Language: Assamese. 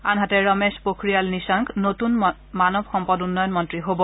আনহাতে ৰমেশ পোখৰিয়াল নিশাংক নতূন মানৱ সম্পদ উন্নয়ন মন্ত্ৰী হব